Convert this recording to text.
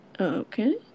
Okay